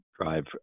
drive